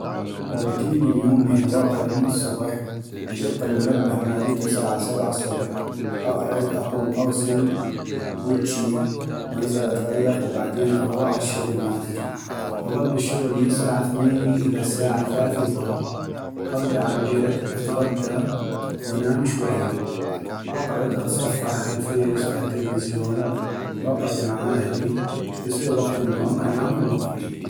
روتيني اليومي هو اقعد من الصبح يدق المنبه مالتي ساعة سبعة الصبح ، اقعد اقوم اغسل وجي ، وانزل اتغيق ، وبعدين اغوح عالشغل مالتي ، اضل بالشغل من ساعة اثميني إلى ساعة ثاثي الظهغ ، ارجع عالبيت اتغدا ونام شوية ، واقعد أتصفح عالفيس وعالتلفزيون واقعد مع أهلي ، ويصيغ وقت النوم انام من وقت.